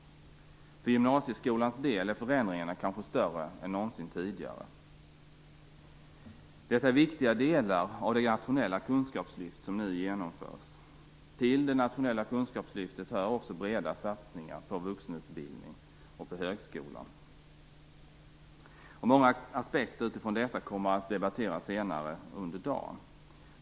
För gymnasieskolans del är förändringarna kanske större än någonsin tidigare. Detta är viktiga delar av det nationella kunskapslyft som nu genomförs. Till det nationella kunskapslyftet hör också breda satsningar på vuxenutbildningen och högskolan. Många aspekter på detta kommer att debatteras senare under dagen.